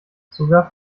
sogar